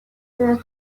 year